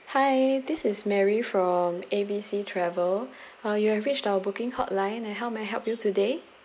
hi this is mary from A B C travel uh you have reached our booking hotline and how may I help you today